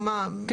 כן.